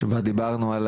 שלום לכולם ובוקר טוב,